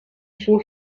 suo